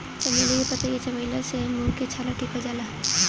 चमेली के पतइ के चबइला से मुंह के छाला ठीक हो जाला